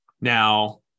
now